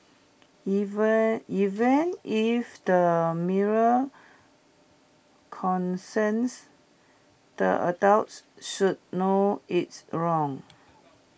even even if the mirror consented the adults should know it's wrong